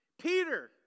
Peter